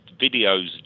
videos